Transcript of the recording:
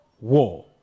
war